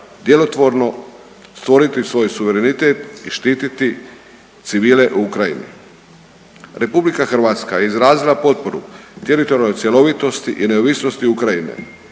djelotvorno stvoriti svoj suverenitet i štiti civile u Ukrajini. RH je izrazila potporu teritorijalnoj cjelovitosti i neovisnosti Ukrajine,